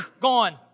gone